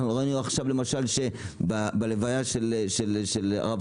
ראינו בלוויה של מרן הרב